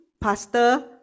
Pastor